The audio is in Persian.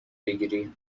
بگیری